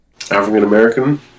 African-American